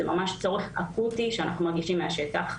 זה ממש צורך אקוטי שאנחנו מרגישים מהשטח.